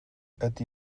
ydy